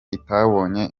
itabonye